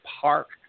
Park